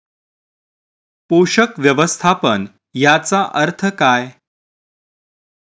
पोषक व्यवस्थापन याचा अर्थ काय?